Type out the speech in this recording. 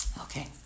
Okay